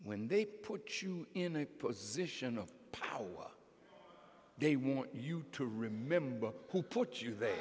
when they put you in a position of power they want you to remember who put you there